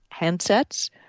handsets